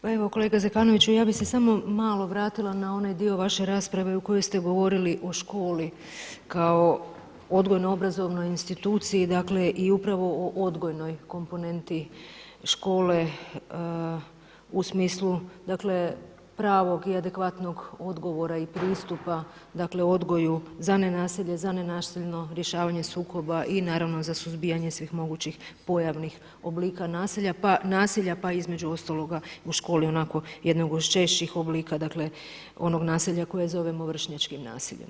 Pa evo kolega Zekanoviću, ja bih se samo malo vratila na onaj dio vaše rasprave u kojoj ste govorili o školi kao odgojno obrazovnoj instituciji dakle i upravo o odgojnoj komponenti škole u smislu dakle pravog i adekvatnog odgovora i pristupa dakle u odgoju za nenasilje, za nenasilno rješavanje sukoba i naravno za suzbijanje svih mogućih pojavnih oblika nasilja pa između ostaloga u školi onako jednog od žešćih oblika, dakle onog nasilja koje zovemo vršnjačkim nasiljem.